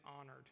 honored